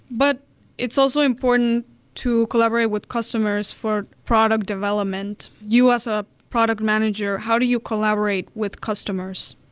but it's also important to collaborate with customers for product development. you, as a product manager, how do you collaborate with customers?